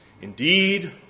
Indeed